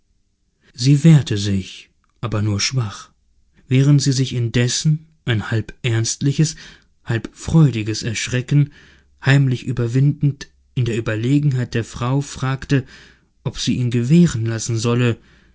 sie wehrte sich aber nur schwach während sie sich indessen ein halb ernstliches halb freudiges erschrecken heimlich überwindend in der ueberlegenheit der frau fragte ob sie ihn gewähren lassen solle